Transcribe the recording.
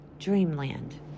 Dreamland